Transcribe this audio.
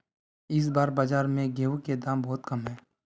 इस बार बाजार में गेंहू के दाम बहुत कम है?